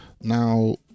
Now